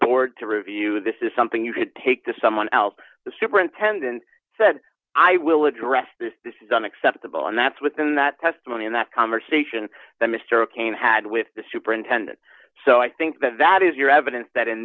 board to review this is something you should take to someone else the superintendent said i will address this this is unacceptable and that's within that testimony and that conversation that mr cain had with the superintendent so i think that that is your evidence that in